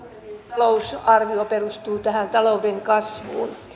talousarvio perustuu talouden kasvuun